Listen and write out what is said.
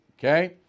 Okay